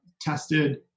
tested